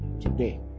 today